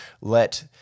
let